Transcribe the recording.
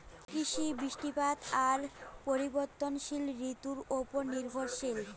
কৃষি, বৃষ্টিপাত আর পরিবর্তনশীল ঋতুর উপর নির্ভরশীল